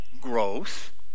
growth